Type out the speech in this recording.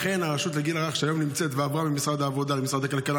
לכן הרשות לגיל הרך שהיום נמצאת ועברה ממשרד העבודה למשרד הכלכלה,